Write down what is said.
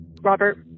Robert